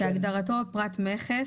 כהגדרתו בפרט מכס